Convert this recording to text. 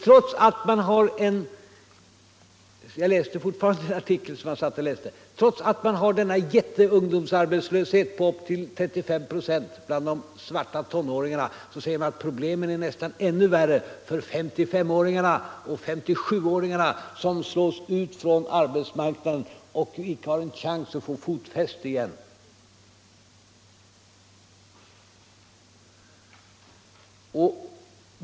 Trots att man där har denna jättearbetslöshet på upp till 35 96 bland de svarta tonåringarna, säger man att problemen är nästan ännu värre för SS-åringarna och 57-åringarna, som slås ut från arbetsmarknaden och icke har en chans att få fotfäste där igen.